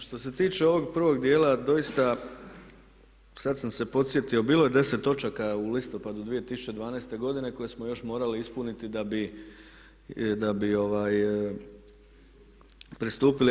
Što se tiče ovog prvog dijela doista sad sam se podsjetio bilo je 10 točaka u listopadu 2012. godine koje smo još morali ispuniti da bi pristupili EU.